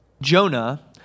Jonah